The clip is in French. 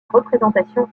représentation